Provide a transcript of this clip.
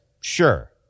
sure